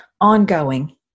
ongoing